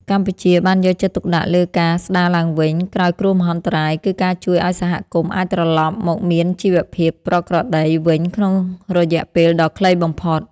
កម្ពុជាបានយកចិត្តទុកដាក់លើការស្តារឡើងវិញក្រោយគ្រោះមហន្តរាយ គឺការជួយឱ្យសហគមន៍អាចត្រឡប់មកមានជីវភាពប្រក្រតីវិញក្នុងរយៈពេលដ៏ខ្លីបំផុត។